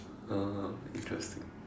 oh interesting